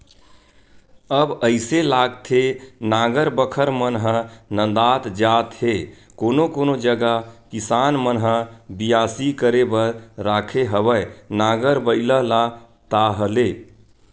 अब अइसे लागथे नांगर बखर मन ह नंदात जात हे कोनो कोनो जगा किसान मन ह बियासी करे बर राखे हवय नांगर बइला ला ताहले